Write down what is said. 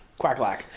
quacklack